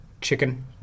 Chicken